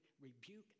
rebuke